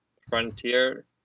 Frontier